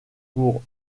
pour